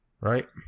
Right